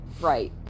right